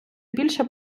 більше